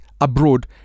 abroad